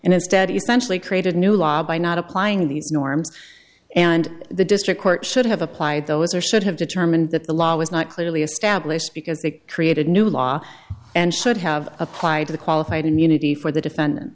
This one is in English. instead essentially created a new law by not applying these norms and the district court should have applied those or should have determined that the law was not clearly established because they created new law and should have applied to the qualified immunity for the defendant